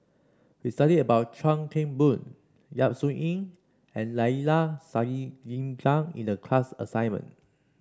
we studied about Chuan Keng Boon Yap Su Yin and Neila Sathyalingam in the class assignment